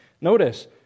Notice